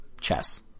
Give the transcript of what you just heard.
chess